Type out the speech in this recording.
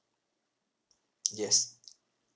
yes